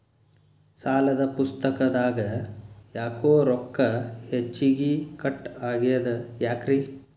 ಸಾಲದ ಪುಸ್ತಕದಾಗ ಯಾಕೊ ರೊಕ್ಕ ಹೆಚ್ಚಿಗಿ ಕಟ್ ಆಗೆದ ಯಾಕ್ರಿ?